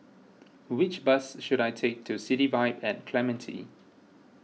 which bus should I take to City Vibe at Clementi